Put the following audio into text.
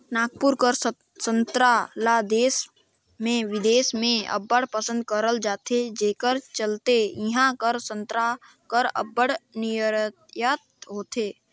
नागपुर कर संतरा ल देस में बिदेस में अब्बड़ पसंद करल जाथे जेकर चलते इहां कर संतरा कर अब्बड़ निरयात होथे